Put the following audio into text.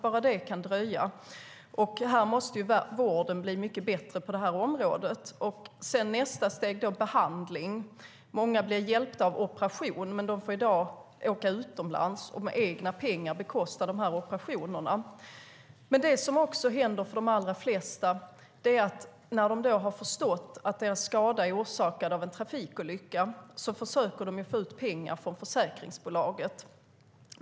Vården måste bli mycket bättre på detta område. Nästa steg är behandling. Många blir hjälpta av operation, men de får i dag åka utomlands och med egna pengar bekosta operationerna. Det som sedan händer för de allra flesta är att de, när de har förstått att skadan är orsakad av en trafikolycka, försöker få ut pengar från försäkringsbolaget.